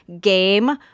game